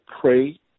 pray